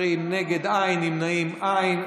נגד, אין, נמנעים, אין.